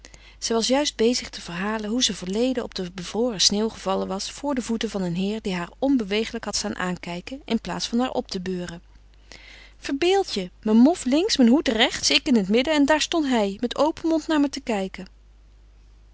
zij was juist bezig te verhalen hoe ze verleden op de bevroren sneeuw gevallen was voor de voeten van een heer die haar onbeweeglijk had staan aankijken inplaats van haar op te beuren verbeeld je mijn mof links mijn hoed rechts ik in het midden en daar stond hij met open mond naar me te kijken